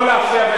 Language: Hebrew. לא להפריע.